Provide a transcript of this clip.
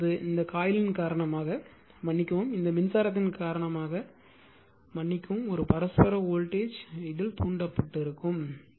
எனவே இப்போது இந்த காயிலின் காரணமாக மன்னிக்கவும் இந்த மின்சாரத்தின் காரணமாக மன்னிக்கவும் ஒரு பரஸ்பர வோல்டேஜ் இதில் தூண்டப்படும்